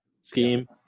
scheme